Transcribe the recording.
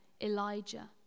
Elijah